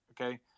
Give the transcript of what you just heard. Okay